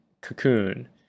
cocoon